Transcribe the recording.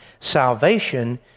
Salvation